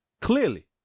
Clearly